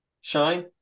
Shine